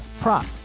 prop